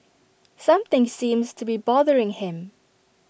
something seems to be bothering him